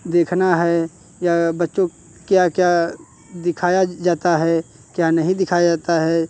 देखना है या बच्चों क्या क्या दिखाया जाता है क्या नहीं दिखाया जाता है